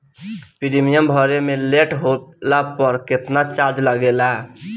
Premium भरे मे late होला पर केतना चार्ज लागेला?